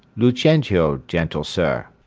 lucentio, gentle sir.